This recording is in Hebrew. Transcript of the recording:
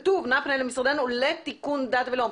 כתוב, 'נא פנה למשרדנו לתיקון דת ולאום'.